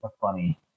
funny